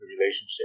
relationship